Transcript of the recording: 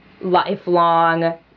lifelong